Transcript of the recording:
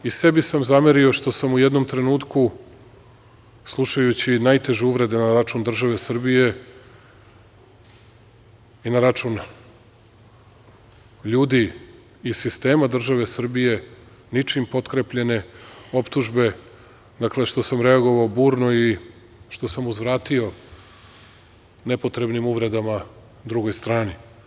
I sebi sam zamerio što sam u jednom trenutku, slušajući najteže uvrede na račun države Srbije i na račun ljudi iz sistema države Srbije, ničim potkrepljene optužbe, reagovao burno i što sam uzvratio nepotrebnim uvredama drugoj strani.